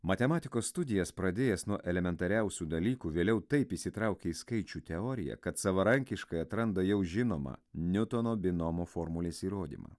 matematikos studijas pradėjęs nuo elementariausių dalykų vėliau taip įsitraukė į skaičių teoriją kad savarankiškai atranda jau žinomą niutono binomo formulės įrodymą